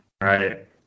Right